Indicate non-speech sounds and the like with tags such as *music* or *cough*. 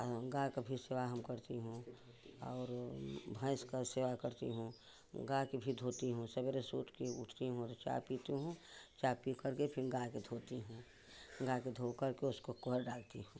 गाय की भी सेवा हम करती हूँ और भैंस की सेवा करती हूँ गाय की भी धोती हूँ सवेरे से उठकर उठती हूँ तो चाय पीती हूँ चाय पी करके फिर गाय को धोती हूँ गाय के धो करके उसको *unintelligible* डालती हूँ